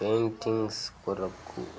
paintings కొరకు